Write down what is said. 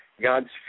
God's